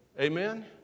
Amen